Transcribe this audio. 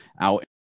out